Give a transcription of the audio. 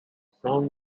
some